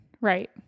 right